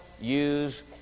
use